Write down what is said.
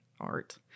art